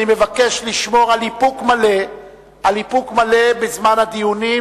אני מבקש לשמור על איפוק מלא בזמן הדיונים,